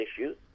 issues